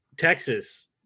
Texas